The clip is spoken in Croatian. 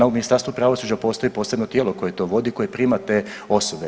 U Ministarstvu pravosuđa postoji posebno tijelo koje to vodi, koje prima te osobe.